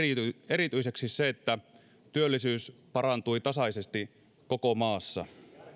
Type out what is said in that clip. erityiseksi se että työllisyys parantui tasaisesti koko maassa